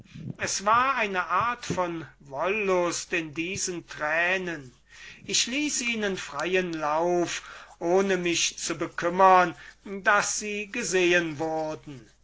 es war eine art von wollust in diesen tränen ich ließ ihnen freien lauf ohne mich zu bekümmern daß sie gesehen würden